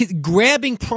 grabbing